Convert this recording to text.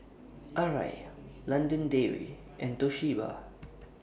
Arai London Dairy and Toshiba